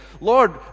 Lord